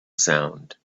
sound